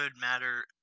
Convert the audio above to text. matter